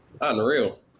Unreal